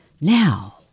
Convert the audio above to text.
Now